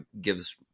gives